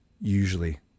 usually